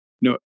No